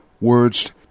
words